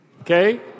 Okay